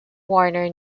warner